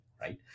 right